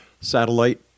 Satellite